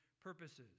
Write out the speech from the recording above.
purposes